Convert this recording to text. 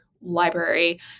library